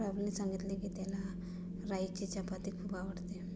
राहुलने सांगितले की, त्याला राईची चपाती खूप आवडते